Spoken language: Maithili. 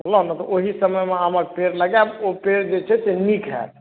बुझलहुँ ने तऽ ओहि समयमे आमक पेड़ लगायब ओ पेड़ जे छै से नीक होयत